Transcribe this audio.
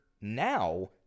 now